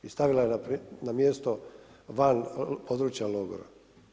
I stavila na mjesto van područja logora.